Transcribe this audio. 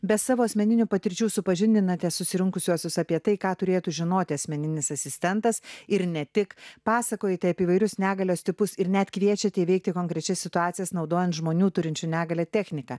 be savo asmeninių patirčių supažindinate susirinkusiuosius apie tai ką turėtų žinot asmeninis asistentas ir ne tik pasakojote apie įvairius negalios tipus ir net kviečiate įveikti konkrečias situacijas naudojant žmonių turinčių negalią techniką